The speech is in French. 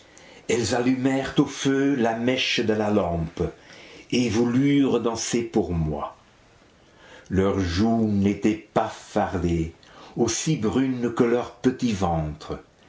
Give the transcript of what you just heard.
elles allumèrent au feu la mèche de la lampe et voulurent danser pour moi leurs joues n'étaient pas fardées aussi brunes que leurs petits ventres